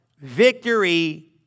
Victory